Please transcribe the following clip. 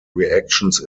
reactions